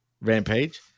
Rampage